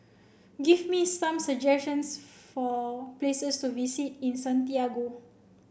give me some suggestions for places to visit in Santiago